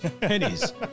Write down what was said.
Pennies